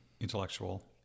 intellectual